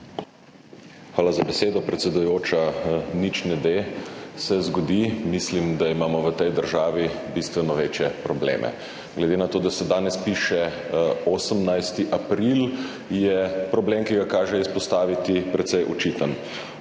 Hvala za besedo, predsedujoča. Nič ne de, se zgodi. Mislim, da imamo v tej državi bistveno večje probleme. Glede na to, da se danes piše 18. april, je problem, ki ga kaže izpostaviti, precej očiten.